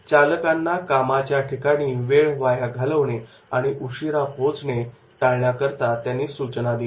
चालकांना कामाच्या ठिकाणी वेळ वाया घालवणे आणि उशिरा पोहोचणे टाळण्याकरता त्यांनी सूचना दिल्या